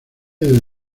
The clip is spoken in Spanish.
del